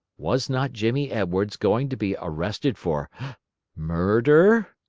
was not jimmy edwards going to be arrested for mur-r-rder?